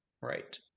Right